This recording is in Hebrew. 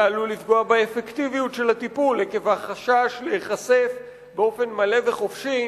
זה עלול לפגוע באפקטיביות של הטיפול עקב החשש להיחשף באופן מלא וחופשי